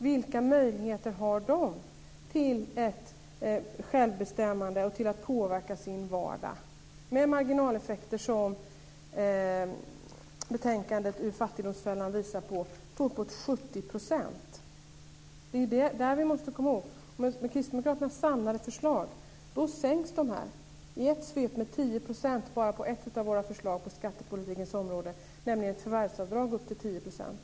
Vilka möjligheter har de till ett självbestämmande och till att påverka sin vardag med marginaleffekter på uppemot 70 %, som betänkandet Ur fattigdomsfällan visar på? Det är ju det här vi måste komma ihåg. I och med kristdemokraternas samlade förslag sänks de här i ett svep med 10 %. Det gäller bara ett av våra förslag på skattepolitikens område, nämligen om ett förvärvsavdrag upp till 10 %.